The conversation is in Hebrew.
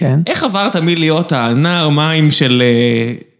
‫כן. ‫-איך עברת מי להיות הנער מים של...